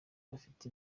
bafite